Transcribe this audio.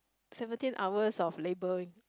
seventeen hours of laboring